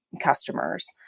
customers